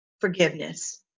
forgiveness